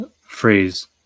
phrase